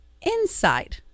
inside